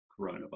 coronavirus